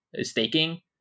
staking